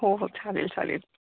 हो हो चालेल चालेल